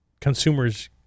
consumers